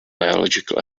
biological